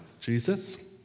Jesus